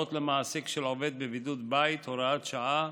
(הוראות למעסיק של עובד בבידוד בית) (הוראת שעה),